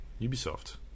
Ubisoft